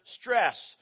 stress